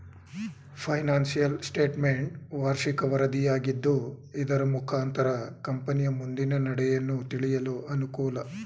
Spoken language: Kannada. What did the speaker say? ಫೈನಾನ್ಸಿಯಲ್ ಸ್ಟೇಟ್ಮೆಂಟ್ ವಾರ್ಷಿಕ ವರದಿಯಾಗಿದ್ದು ಇದರ ಮುಖಾಂತರ ಕಂಪನಿಯ ಮುಂದಿನ ನಡೆಯನ್ನು ತಿಳಿಯಲು ಅನುಕೂಲ